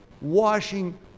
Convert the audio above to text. washing